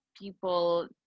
people